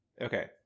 Okay